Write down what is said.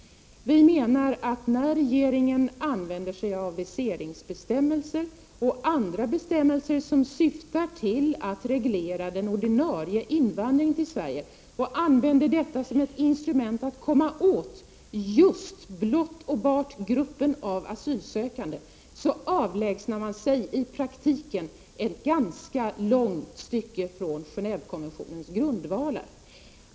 Vi menar att regeringen när den använder sig av viseringsbestämmelser och andra bestämmelser som syftar till att reglera den ordinarie invandringen till Sverige använder dessa regler som instrument för att komma åt blott och bart gruppen asylsökande och i praktiken avlägsnar sig ett ganska långt stycke från Genévekonventionens grundvalar.